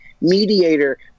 mediator